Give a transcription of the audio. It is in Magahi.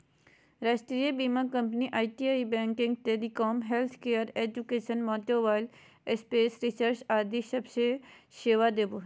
राष्ट्रीय बीमा company IT, banking, telecom, healthcare, education, automobile, space research आदि सब मे सेवा देवो हय